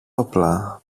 όπλα